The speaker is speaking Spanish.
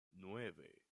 nueve